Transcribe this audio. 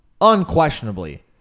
unquestionably